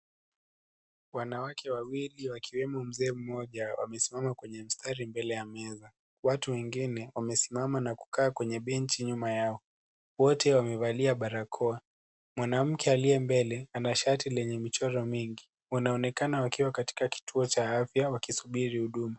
Wanawake wawili, akiwemo mzee mmoja. Wamesimama kwenye msitari mbele ya meza. Watu wengine wamesimama na kukaa kwenye benchi nyuma yao. Wote wamevalia balakoa. Mwanamke aliye mbele, ana shati lenye michoro mingi. Wanaoonekana wakiwa katika kituo cha afya wakisuburi huduma.